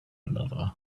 another